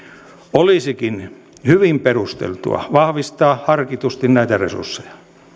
olisikin hyvin perusteltua vahvistaa harkitusti näitä resursseja